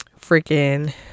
freaking